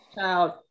child